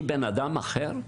אני בן אדם אחר?"